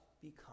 become